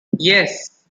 yes